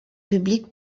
public